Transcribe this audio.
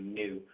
new